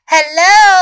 Hello